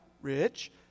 rich